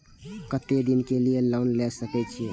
केते दिन के लिए लोन ले सके छिए?